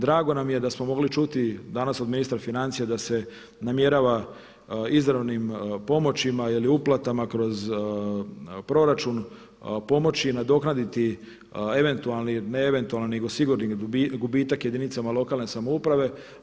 Drago nam je da smo mogli čuti danas od ministra financija da se namjerava izravnim pomoćima ili uplatama kroz proračun pomoći i nadoknaditi eventualni, ne eventualni nego sigurni gubitak jedinicama lokalne samouprave.